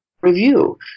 review